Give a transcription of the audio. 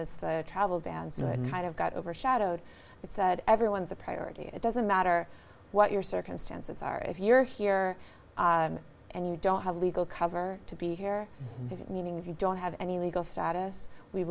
it kind of got overshadowed it said everyone's a priority it doesn't matter what your circumstances are if you're here and you don't have legal cover to be here it meaning if you don't have any legal status we